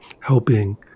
helping